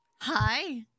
Hi